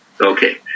Okay